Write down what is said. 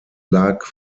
lag